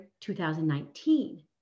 2019